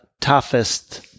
toughest